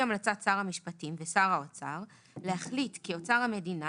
המלצת שר המשפטים ושר האוצר להחליט כי אוצר המדינה